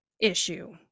issue